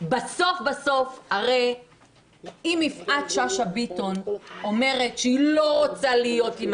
בסוף בסוף הרי אם יפעת שאשא ביטון אומרת שהיא לא רוצה להיות עם